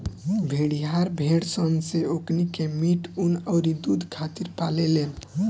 भेड़िहार भेड़ सन से ओकनी के मीट, ऊँन अउरी दुध खातिर पाले लेन